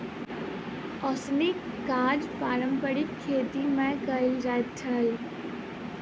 ओसौनीक काज पारंपारिक खेती मे कयल जाइत छल